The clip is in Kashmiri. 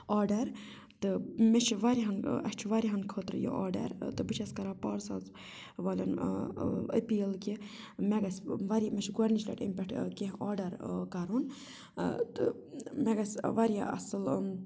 آرڈر تہٕ مےٚ چھُ واریاہن اَسہِ چھُ واریاہن خٲطرٕ یہِ آرڈر تہٕ بہٕ چھَس کران پارساز والٮ۪ن أپیٖل کہِ مےٚ گژھِ واریاہ مےٚ چھُ گۄڈٕنِچ لَٹہِ اَمہِ پٮ۪ٹھ کیٚنٛہہ آرڈر کَرُن تہٕ مےٚ گژھِ واریاہ اَصٕل